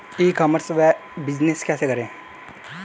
ई commerce बिजनेस कैसे करें?